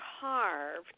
carved